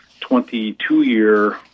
22-year